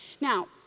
Now